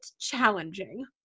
challenging